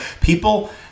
people